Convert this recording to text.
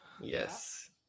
Yes